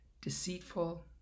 deceitful